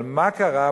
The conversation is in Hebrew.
אבל מה קרה?